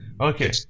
Okay